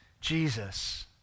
Jesus